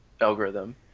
algorithm